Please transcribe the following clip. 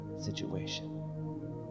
Situation